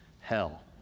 Hell